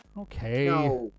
Okay